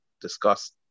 discuss